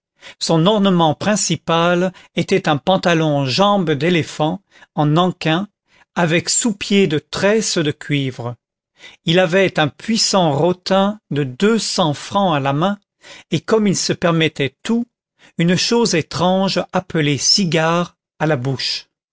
son ornement principal était un pantalon jambes déléphant en nankin avec sous-pieds de tresse de cuivre il avait un puissant rotin de deux cents francs à la main et comme il se permettait tout une chose étrange appelée cigare à la bouche